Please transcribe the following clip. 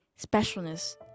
specialness